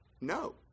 no